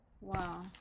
Wow